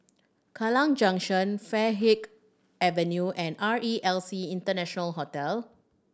Kallang Junction Farleigh Avenue and R E L C International Hotel